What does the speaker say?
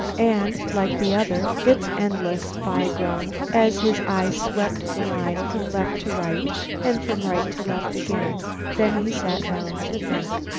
and, like the other, it's endless, phi groaned as his eye swept the line from left to right and from right to left again then he sat down to think.